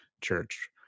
church